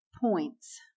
points